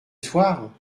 soir